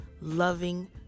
loving